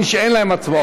אני מבין שאין הצבעות.